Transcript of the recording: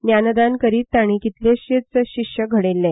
ज्ञानदान करीत ताणी कितलेशेच शीश्य घडयले